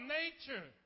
nature